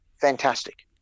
fantastic